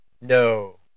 No